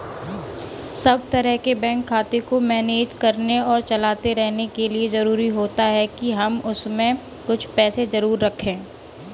सब तरह के बैंक खाते को मैनेज करने और चलाते रहने के लिए जरुरी होता है के हम उसमें कुछ पैसे जरूर रखे